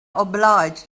obliged